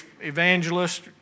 evangelist